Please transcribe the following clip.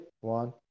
one